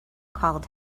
called